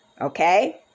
okay